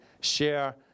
share